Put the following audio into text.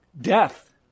death